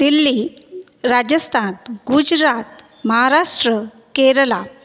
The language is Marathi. दिल्ली राजस्थान गुजरात महाराष्ट्र केरला